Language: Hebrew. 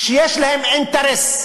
שיש להן אינטרס ישיר,